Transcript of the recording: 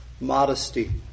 modesty